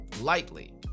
lightly